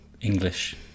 English